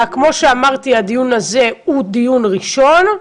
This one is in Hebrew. וכמו שאמרתי הדיון הזה הוא דיון ראשון.